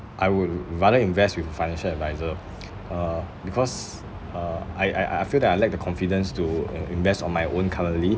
I would r~ rather invest with a financial adviser uh because uh I I I I feel that I lack the confidence to uh invest on my own currently